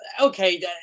okay